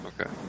okay